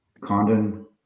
Condon